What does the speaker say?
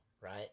right